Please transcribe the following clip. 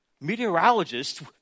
meteorologists